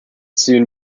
soon